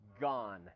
gone